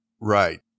Right